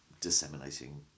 disseminating